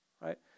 right